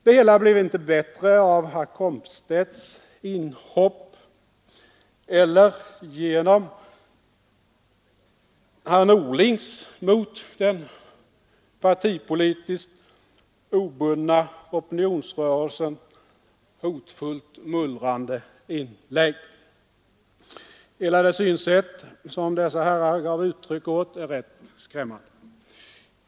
Det hela blev inte bättre av herr Komstedts inhopp eller genom herr Norlings mot den partipolitiskt obundna opinionsrörelsen hotfullt mullrande inlägg. Hela det synsätt som dessa herrar gav uttryck åt är rätt skrämmande.